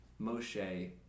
Moshe